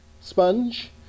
sponge